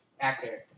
actor